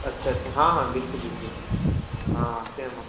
اچھا اچھا ہاں ہاں بالکل بالکل ہاں آتے ہیں ہم وہاں